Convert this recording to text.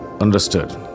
Understood